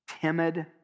timid